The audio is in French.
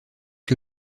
que